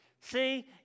See